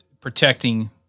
protecting